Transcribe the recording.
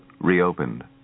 reopened